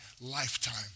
lifetime